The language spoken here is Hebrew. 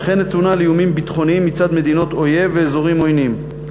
וכן נתונה לאיומים ביטחוניים מצד מדינות אויב ואזורים עוינים.